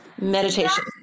meditation